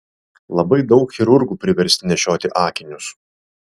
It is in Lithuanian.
labai daug chirurgų priversti nešioti akinius